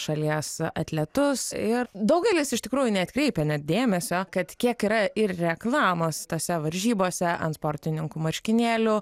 šalies atletus ir daugelis iš tikrųjų neatkreipia net dėmesio kad kiek yra ir reklamos tose varžybose ant sportininkų marškinėlių